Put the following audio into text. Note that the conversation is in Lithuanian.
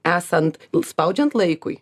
esant spaudžiant laikui